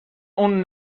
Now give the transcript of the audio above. اون